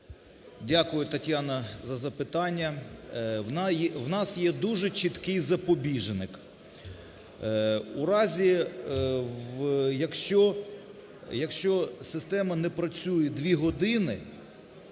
Дякую, Тетяно, за запитання. У нас є дуже чіткий запобіжник. У разі, якщо система не працює 2 години,